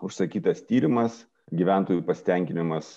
užsakytas tyrimas gyventojų pasitenkinimas